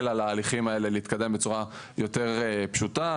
על ההליכים להתקדם בצורה יותר פשוטה.